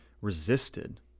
resisted